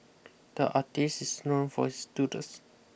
the artist is known for his doodles